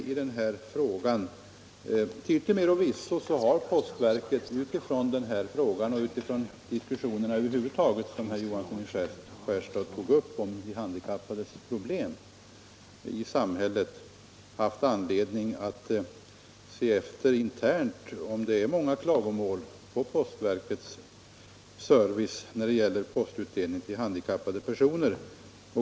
Till yttermera visso har postverket utifrån den här frågan och utifrån diskussionen över huvud taget om de handikappades problem, som herr Johansson i Skärstad var inne på, haft anledning att internt se efter om det är många klagomål på postverkets service när det gäller postutdelning till handikappade personer.